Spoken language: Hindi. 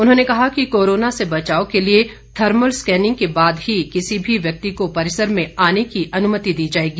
उन्होंने कहा कि कोरोना से बचाव के लिए थर्मल स्कैनिंग के बाद ही किसी भी व्यक्ति को परिसर में आने की अनुमति दी जाएगी